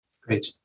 Great